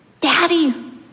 Daddy